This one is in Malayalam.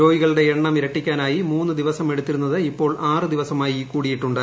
രോഗികളുടെ എണ്ണം ഇരട്ടിക്കാനായി മൂന്ന് ദിവസം എടുത്തിരുന്നത് ഇപ്പോൾ ആറ് ദിവസമായി കൂടിയിട്ടുണ്ട്